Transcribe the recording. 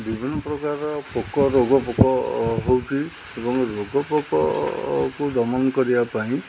ବିଭିନ୍ନପ୍ରକାରର ପୋକ ରୋଗ ପୋକ ହେଉଛି ଏବଂ ରୋଗ ପୋକକୁ ଦମନ କରିବା ପାଇଁ